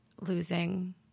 losing